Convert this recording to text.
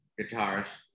guitarist